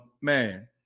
man